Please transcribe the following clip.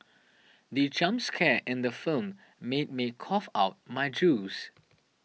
the jump scare in the film made me cough out my juice